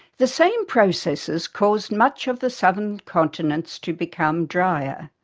the same processes caused much of the southern continents to become drier.